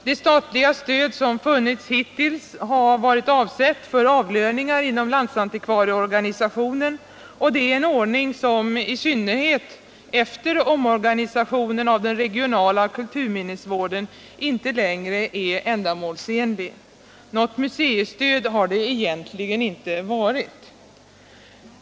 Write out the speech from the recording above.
Det statliga stöd som funnits hittills har varit avsett 20 april 1977 för avlöningar inom landsantikvarieorganisationen, och det är en OMdniNgf' ———— som i synnerhet efter omorganisationen av den regionala kulturminnes = Bidrag till regionala vården inte längre är ändamålsenlig. Något museistöd har det egentligen museer inte varit.